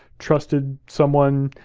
trusted someone,